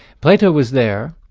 plato was there,